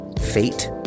fate